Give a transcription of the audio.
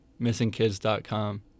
missingkids.com